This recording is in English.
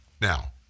Now